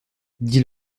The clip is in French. dit